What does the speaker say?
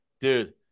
Dude